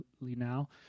now